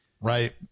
Right